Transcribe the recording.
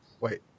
Wait